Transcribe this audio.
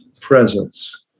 presence